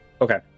Okay